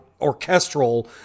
orchestral